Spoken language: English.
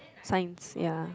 science ya